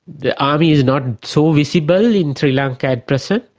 the army is not so visible in sri lanka at present.